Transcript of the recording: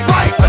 Fight